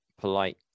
polite